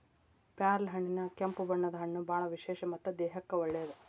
ಪ್ಯಾರ್ಲಹಣ್ಣಿನ್ಯಾಗ ಕೆಂಪು ಬಣ್ಣದ ಹಣ್ಣು ಬಾಳ ವಿಶೇಷ ಮತ್ತ ದೇಹಕ್ಕೆ ಒಳ್ಳೇದ